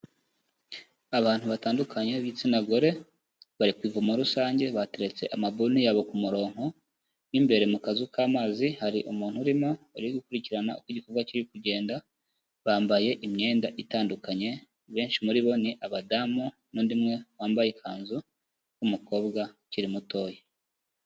Abantu batandukanye b'igitsina gore bari ku ivomo rusange bateretse amabunne yabo ku mu rongonko, mo imbere mu kazu k'amazi hari umuntu urimo uri gukurikirana uko igikorwa kiri kugenda, bambaye imyenda itandukanye, benshi muri bo ni abadamu n'undi umwe wambaye ikanzu w'umukobwa ukiri mutoya.